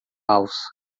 alça